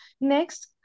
next